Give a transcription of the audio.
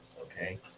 Okay